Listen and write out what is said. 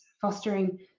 fostering